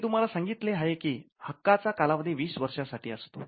मी तुम्हाला सांगितले आहे की हक्काचा कालावधी वीस वर्षासाठी असतो